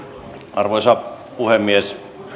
arvoisa puhemies